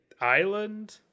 island